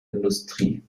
industrie